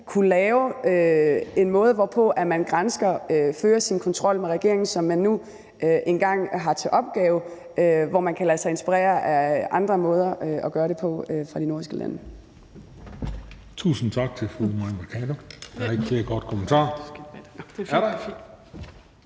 kunne finde en måde, hvorpå man gransker og fører sin kontrol med regeringen, som man nu engang har til opgave, hvor man kan lade sig inspirere af andre måder at gøre det på fra de nordiske lande. Kl. 17:39 Den fg. formand (Christian